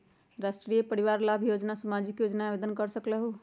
राष्ट्रीय परिवार लाभ योजना सामाजिक योजना है आवेदन कर सकलहु?